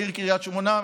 בעיר קריית שמונה,